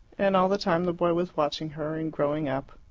and all the time the boy was watching her, and growing up.